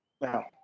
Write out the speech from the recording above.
Now